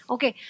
Okay